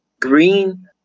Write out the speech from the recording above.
green